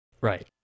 right